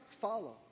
follow